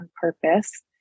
purpose